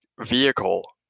vehicle